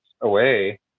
away